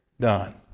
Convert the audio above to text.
done